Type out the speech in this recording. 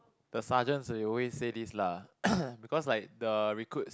the sergeants they always say this lah becuase like the recruits